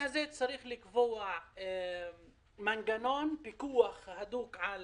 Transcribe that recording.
צריך לקבוע מנגנון פיקוח אדוק על